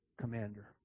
commander